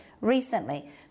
recently